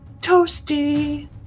toasty